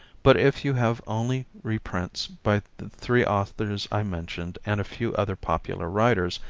but if you have only reprints by the three authors i mentioned and a few other popular writers,